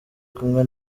kumwe